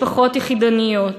משפחות יחידניות,